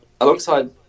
alongside